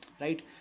right